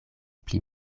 pli